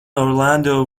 orlando